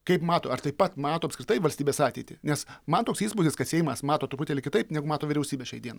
kaip mato ar taip pat mato apskritai valstybės ateitį nes man toks įspūdis kad seimas mato truputėlį kitaip negu mato vyriausybė šiai dien